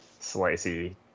slicey